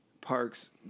parks